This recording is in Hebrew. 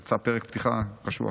יצא פרק פתיחה קשוח.